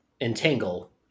Entangle